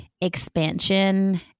expansion